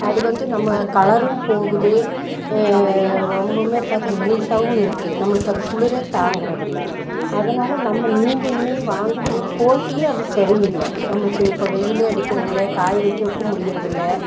அது வந்து நம்ம கலரும் போகுது ரொம்பவுமே பார்க்க மெலிசாகவும் இருக்குது நம்மளுக்கு அது குளுரே தாங்குறது இல்லை அதனால நம்ம நீங்கள் இனி வாங்கும்போதும் குவாலிட்டியும் அது சரி இல்லை நம்மளுக்கு இப்போ வெயிலே அடிக்கிறது இல்லை காய வைக்ககும் முடியுறது இல்லை